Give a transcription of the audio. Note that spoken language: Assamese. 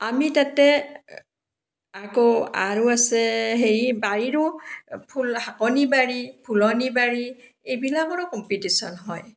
আমি তাতে আকৌ হেৰি আছে বাৰীৰো ফুল শাকনী বাৰী ফুলনি বাৰী এইবিলাকৰো কমপিটিশ্যন হয়